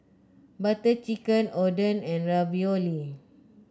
Butter Chicken Oden and Ravioli